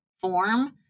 form